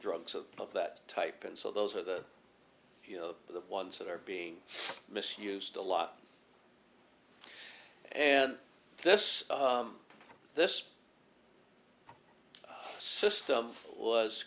drugs of of that type and so those are the you know the ones that are being misused a lot and this this system was